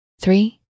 three